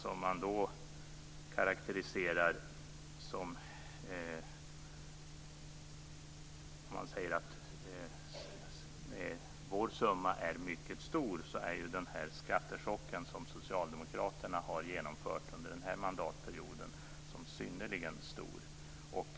Om man säger att vår summa är mycket stor är den skattechock som socialdemokraterna har genomfört under den här mandatperioden synnerligen stor.